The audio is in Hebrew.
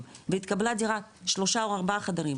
והתקבלה דירה שלושה או ארבעה חדרים,